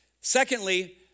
Secondly